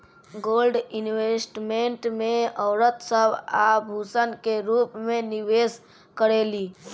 gold investment में औरत सब आभूषण के रूप में निवेश करेली